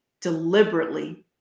deliberately